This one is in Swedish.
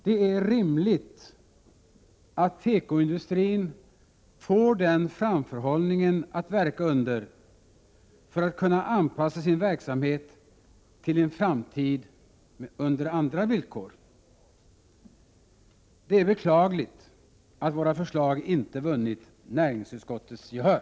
Det är rimligt att tekoindustrin får den framförhållningen för att kunna anpassa sin verksamhet till en framtid med andra villkor. Det är beklagligt att våra förslag inte vunnit näringsutskottets gehör.